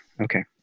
okay